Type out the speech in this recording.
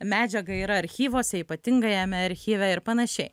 medžiaga yra archyvuose ypatingajame archyve ir panašiai